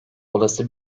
olası